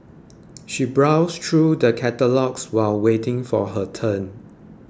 she browsed through the catalogues while waiting for her turn